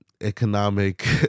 economic